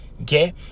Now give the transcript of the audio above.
Okay